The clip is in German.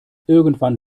irgendwann